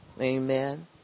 Amen